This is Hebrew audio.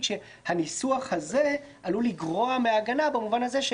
שהניסוח הזה עלול לגרוע מההגנה במובן הזה.